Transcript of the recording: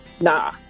nah